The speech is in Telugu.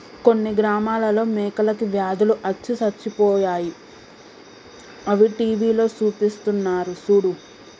కొన్ని గ్రామాలలో మేకలకి వ్యాధులు అచ్చి సచ్చిపోయాయి అని టీవీలో సూపిస్తున్నారు సూడు